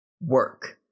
work